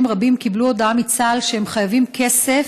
רבים קיבלו הודעה מצה"ל שהם חייבים כסף,